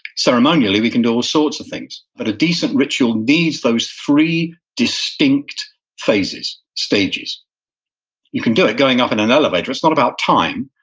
ceremonially we can do all sorts of things, but a decent ritual needs those three distinct phases, stages you can do it going up in an elevator. it's not about time.